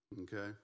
Okay